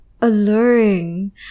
alluring